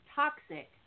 toxic